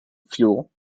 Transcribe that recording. fuel